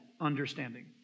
understanding